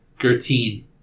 Gertine